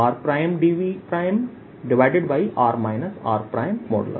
r r